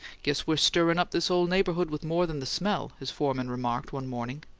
guess we're stirrin' up this ole neighbourhood with more than the smell, his foreman remarked one morning.